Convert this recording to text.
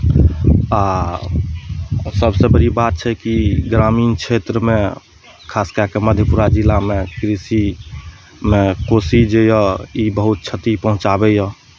आ सभसँ बड़ी बात छै कि ग्रामीण क्षेत्रमे खास कए कऽ मधेपुरा जिलामे कृषिमे कुर्सी जे यए ई बहुत क्षति पहुँचाबैए